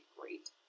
great